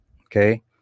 Okay